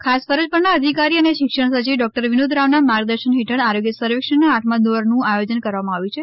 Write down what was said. ખાસ ફરજ પરના અધિકારી અને શિક્ષણ સચિવ ડોકટર વિનોદ રાવના માર્ગદર્શન હેઠળ આરોગ્ય સર્વેક્ષણના આઠમા દોરનું આયોજન કરવામાં આવ્યું છે